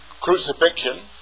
crucifixion